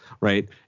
right